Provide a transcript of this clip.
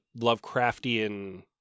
Lovecraftian